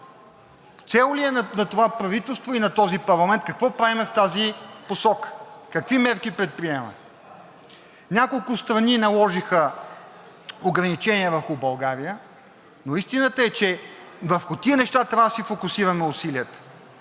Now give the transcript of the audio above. Цел ли е на това правителство и на този парламент какво правим в тази посока, какви мерки предприемаме? Няколко страни наложиха ограничение върху България, но истината е, че върху тези неща трябва да си фокусираме усилията,